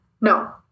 No